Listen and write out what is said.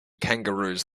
kangaroos